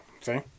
see